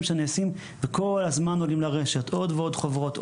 שנעשים וכל הזמן עולים לרשת עוד ועוד חוברות,